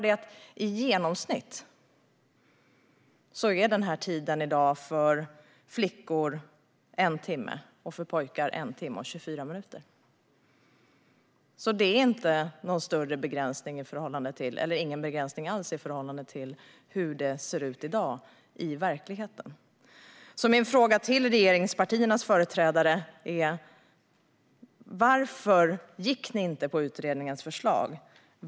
Men i genomsnitt är den faktiska tiden i dag för flickor en timme och för pojkar en timme och 24 minuter. Förslaget innebär alltså ingen begränsning alls i förhållande till hur det ser ut i dag. Min fråga till regeringspartiernas företrädare är: Varför följde ni inte utredningens förslag?